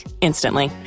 instantly